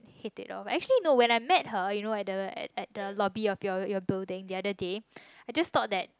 hated it off actually no when I met her you know at the at the lobby of your your building the other day I just thought that